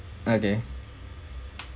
are there